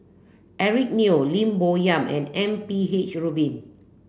Eric Neo Lim Bo Yam and M P H Rubin